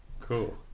cool